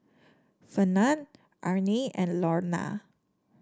Fernand Arnie and Launa